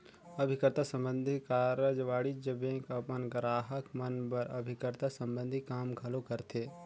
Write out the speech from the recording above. अभिकर्ता संबंधी कारज वाणिज्य बेंक अपन गराहक मन बर अभिकर्ता संबंधी काम घलो करथे